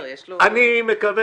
אני מקווה